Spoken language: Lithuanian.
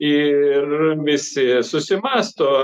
ir visi susimąsto